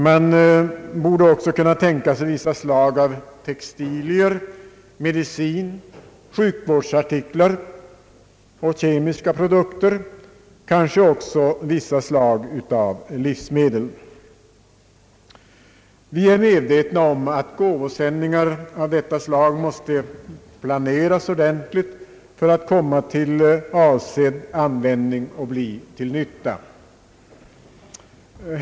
Man borde även kunna tänka sig vissa slag av textilier, medicin, sjukvårdsartiklar och kemiska produkter, kanske också vissa slag av livsmedel. Vi är medvetna om att gåvosändningar av detta slag måste planeras ordentligt för att komma till avsedd användning och bli till nytta.